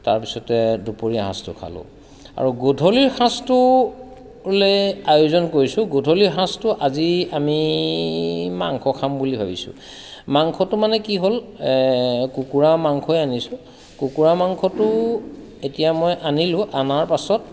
তাৰপিছতে দুপৰীয়া সাজটো খালোঁ আৰু গধূলিৰ সাজটোলৈ আয়োজন কৰিছোঁ গধূলি সাজটো আজি আমি মাংস খাম বুলি ভাবিছোঁ মাংখটো মানে কি হ'ল কুকুৰাৰ মাংসই আনিছোঁ কুকুৰাৰ মাংসটো এতিয়া মই আনিলোঁ অনাৰ পাছত